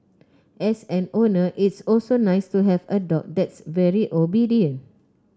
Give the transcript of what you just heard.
as an owner it's also nice to have a dog that's very obedient